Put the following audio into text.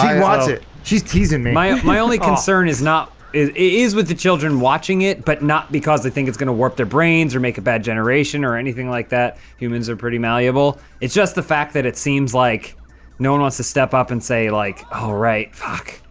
watch it. she's teasing me my only concern is not it is with the children watching it but not because they think it's gonna warp their brains or make a bad generation or anything like that humans are pretty malleable it's just the fact that it seems like no one wants to step up and say like alright fuck.